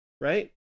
Right